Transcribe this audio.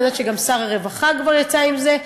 אני יודעת שגם שר הרווחה כבר יצא עם זה.